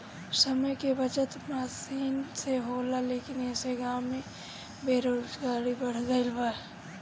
समय के बचत मसीन से होला लेकिन ऐसे गाँव में बेरोजगारी बढ़ गइल बा